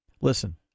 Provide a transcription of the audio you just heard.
Listen